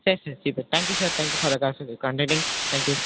சரி சரி சரி sir thank you sir thank you for the concentrate contacting thank you